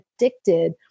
addicted